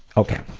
okay.